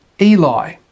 Eli